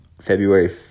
February